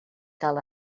cal